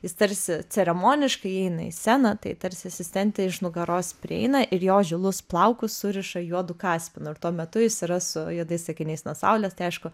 jis tarsi ceremoniškai įeina į sceną tai tarsi asistentė iš nugaros prieina ir jo žilus plaukus suriša juodu kaspinu tuo metu jis yra su juodais akiniais nuo saulės tai aišku